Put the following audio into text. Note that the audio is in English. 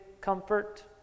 comfort